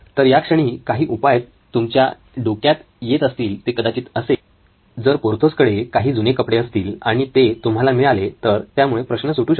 तर याक्षणी काही उपाय तुमच्या या डोक्यात येत असतील ते कदाचित असे की जर पोर्थोसकडे काही जुने कपडे असतील आणि ते तुम्हाला मिळाले तर त्यामुळे प्रश्न सुटू शकेल